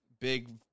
Big